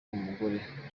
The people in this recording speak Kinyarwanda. w’umugore